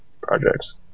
projects